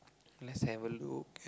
let's have a look